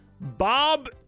Bob